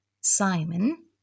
Simon